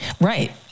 right